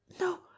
no